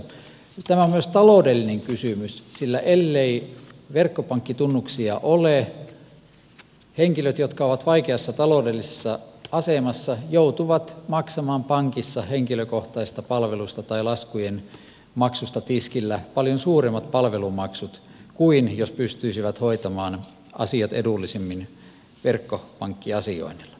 tämä on myös taloudellinen kysymys sillä ellei verkkopankkitunnuksia ole henkilöt jotka ovat vaikeassa taloudellisessa asemassa joutuvat maksamaan pankissa henkilökohtaisista palveluista tai laskujen maksusta tiskillä paljon suuremmat palvelumaksut kuin jos pystyisivät hoitamaan asiat edullisemmin verkkopankkiasioinnilla